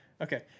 Okay